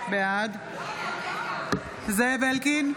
בעד זאב אלקין,